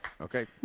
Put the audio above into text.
Okay